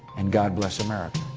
and god, bless america.